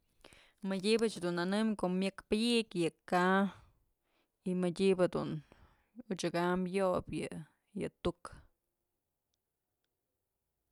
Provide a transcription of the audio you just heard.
Mëdybëch dun nënëm ko'o myëk pyëkyë yë ka'a y mëdyëbë dun odyëkam yobyë yë tuk.